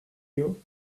you